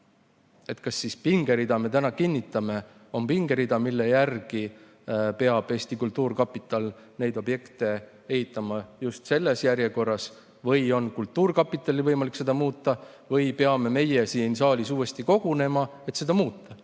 Kas siis pingerida, mille me täna kinnitame, on pingerida, mille järgi peab Eesti Kultuurkapital neid objekte ehitama just selles järjekorras, või on kultuurkapitalil võimalik seda muuta? Või peame meie siin saalis uuesti kogunema, et seda muuta?